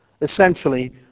Essentially